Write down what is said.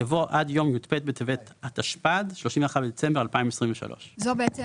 יבוא "עד יום י"ט בטבת התשפ"ד (31 בדצמבר 2023)". זו בעצם